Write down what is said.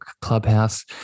Clubhouse